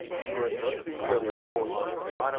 you are nothing but a whore